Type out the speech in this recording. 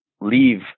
leave